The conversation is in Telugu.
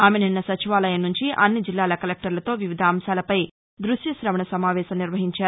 ఆమె నిన్న సచివాలయం నుంచి అన్ని జిల్లాల కలెక్టర్లతో వివిధ అంశాలపై దృశ్యశవణ సమావేశం నిర్వహించారు